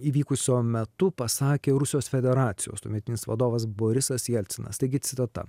įvykusio metu pasakė rusijos federacijos tuometinis vadovas borisas jelcinas taigi citata